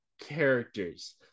characters